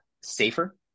safer